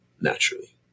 naturally